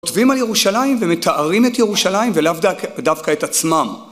כותבים על ירושלים ומתארים את ירושלים ולאו דווקא את עצמם